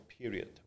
period